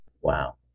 Wow